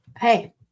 Hey